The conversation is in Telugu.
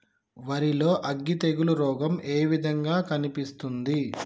వరి లో అగ్గి తెగులు రోగం ఏ విధంగా కనిపిస్తుంది?